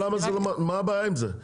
מה הבעיה עם זה?